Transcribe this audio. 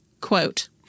quote